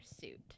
suit